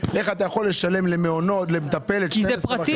איך אתה יכול לשלם למטפלת 12,500. כי זה פרטי.